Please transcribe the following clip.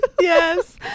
Yes